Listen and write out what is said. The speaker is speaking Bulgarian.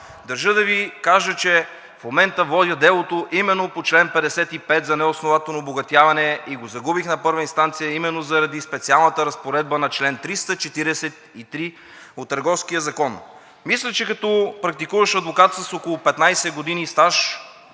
Държа да Ви кажа, че в момента водя делото именно по чл. 55 за неоснователно обогатяване и го загубих на първа инстанция именно заради специалната разпоредба на чл. 343 от Търговския закон. Мисля, че като практикуващ адвокат с около 15 години стаж